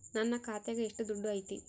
ನನ್ನ ಖಾತ್ಯಾಗ ಎಷ್ಟು ದುಡ್ಡು ಐತಿ?